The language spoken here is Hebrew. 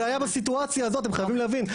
אבל זה היה בסיטואציה הזאת אתם חייבים להבין,